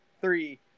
Three